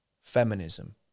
feminism